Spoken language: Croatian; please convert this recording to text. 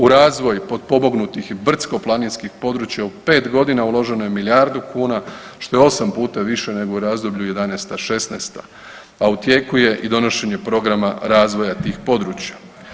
U razvoj potpomognutih i brdsko-planinskih područja u 5.g. uloženo je milijardu kuna, što je 8 puta više nego u razdoblju '11.-'16., a u tijeku je i donošenje programa razvoja tih područja.